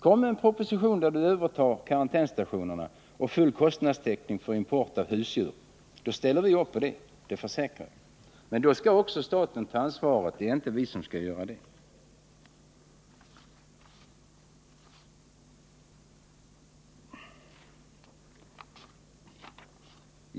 Kom med en proposition som innebär att staten övertar karantänsstationerna och att det blir full kostnadstäckning för import av husdjur! Jag försäkrar att vi kommer att ställa upp på det förslaget. Men då skall staten också ta ansvaret — det är inte vi som skall göra det.